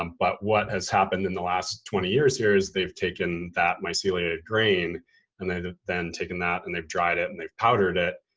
um but what has happened in the last twenty years here is they've taken that mycelia grain and they then taken that and they've dried it and they've powdered it,